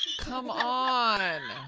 come ah on.